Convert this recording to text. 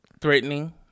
Threatening